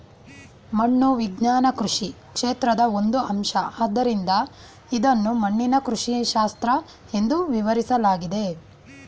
ಮಣ್ಣು ವಿಜ್ಞಾನ ಕೃಷಿ ಕ್ಷೇತ್ರದ ಒಂದು ಅಂಶ ಆದ್ದರಿಂದ ಇದನ್ನು ಮಣ್ಣಿನ ಕೃಷಿಶಾಸ್ತ್ರ ಎಂದೂ ವಿವರಿಸಲಾಗಿದೆ